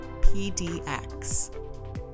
PDX